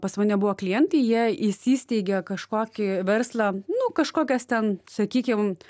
pas mane buvo klientai jie įsisteigė kažkokį verslą nu kažkokias ten sakykim